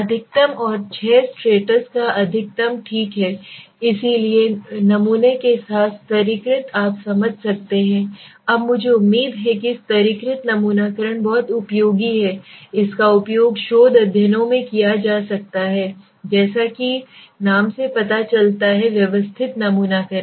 अधिकतम और छह स्ट्रेट्स का अधिकतम ठीक है इसलिए नमूने के साथ स्तरीकृत आप समझ सकते हैं अब मुझे उम्मीद है कि स्तरीकृत नमूनाकरण बहुत उपयोगी है इसका उपयोग शोध अध्ययनों में किया जा सकता है जैसा कि नाम से पता चलता है व्यवस्थित नमूनाकरण